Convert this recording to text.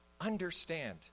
understand